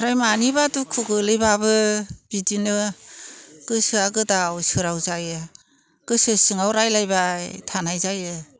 आफ्राय मानिबा दुखु गोलैब्लाबो बिदिनो गोसोआ गोदाव सोराव जायो गोसो सिङाव रायज्लायबाय थानाय जायो